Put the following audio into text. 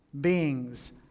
beings